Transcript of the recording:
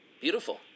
Beautiful